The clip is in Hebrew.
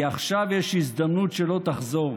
כי עכשיו יש הזדמנות שלא תחזור.